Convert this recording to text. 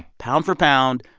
pound for pound,